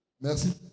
Merci